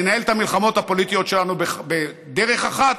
ננהל את המלחמות הפוליטיות שלנו בדרך אחת,